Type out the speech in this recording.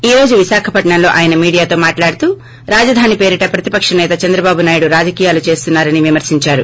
ఈ రోజు విశాఖపట్సంలో ఆయన మీడియాతో మాట్లాడుతూ రాజధాని పేరిట ప్రతిపక్ష సేత చంద్రబాబు నాయుడు రాజకీయాలు చేస్తున్నా రని విమర్పించారు